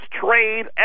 trade